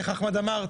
איך אחמד אמר?